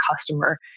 customer